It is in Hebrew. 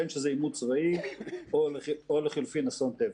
בין שזה עימות צבאי או לחלופין אסון טבע.